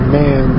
man